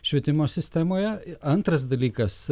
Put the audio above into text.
švietimo sistemoje antras dalykas